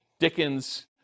Dickens